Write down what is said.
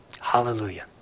Hallelujah